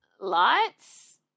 Lights